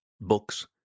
books